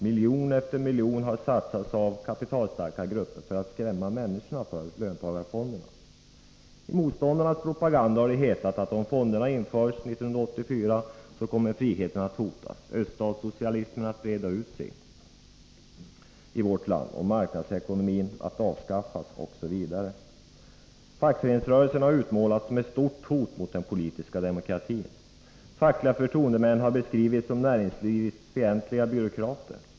Miljon efter miljon har satsats av kapitalstarka grupper för att skrämma människorna för löntagarfonderna. I motståndarnas propaganda har det hetat, att om fonderna införs 1984 kommer friheten att hotas, öststatssocialismen att breda ut sig i vårt land, marknadsekonomin att avskaffas osv. Fackföreningsrörelsen har utmålats som ett stort hot mot den politiska demokratin, fackliga förtroendemän har beskrivits som näringsfientliga byråkrater.